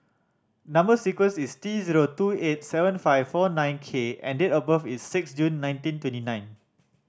number sequence is T zero two eight seven five four nine K and date of birth is six June nineteen twenty nine